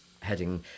heading